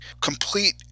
complete